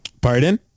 Pardon